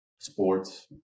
sports